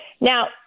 Now